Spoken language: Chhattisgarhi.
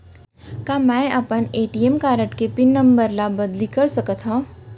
का मैं अपन ए.टी.एम कारड के पिन नम्बर ल बदली कर सकथव?